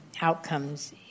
outcomes